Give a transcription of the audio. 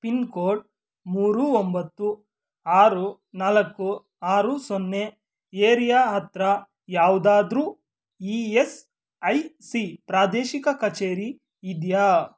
pin code ಮೂರು ಒಂಬತ್ತು ಆರು ನಾಲ್ಕು ಆರು ಸೊನ್ನೆ ಏರಿಯಾ ಹತ್ತಿರ ಯಾವುದಾದ್ರು ಇ ಎಸ್ ಐ ಸಿ ಪ್ರಾದೇಶಿಕ ಕಚೇರಿ ಇದೆಯಾ